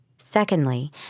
Secondly